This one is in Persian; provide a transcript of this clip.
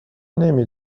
نمی